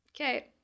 okay